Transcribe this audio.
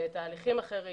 בתהליכים אחרים,